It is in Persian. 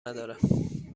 ندارم